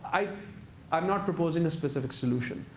i am not proposing a specific solution,